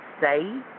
say